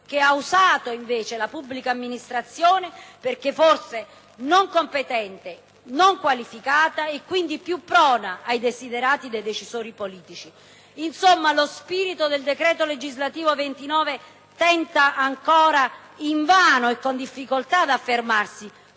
che ha usato invece la pubblica amministrazione perché fosse non competente, non qualificata e quindi più prona ai *desiderata* dei decisori politici. Insomma, lo spirito del decreto legislativo n. 29 del 1993 tenta ancora invano e con difficoltà di affermarsi.